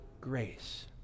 grace